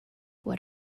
what